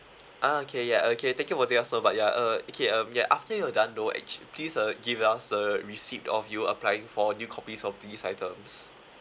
ah okay yeah okay thank you for the offer but yeah uh okay um yeah after you're done no actual please uh give us the receipt of you applying for new copies of these items